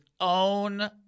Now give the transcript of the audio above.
own